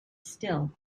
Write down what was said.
still